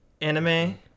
Anime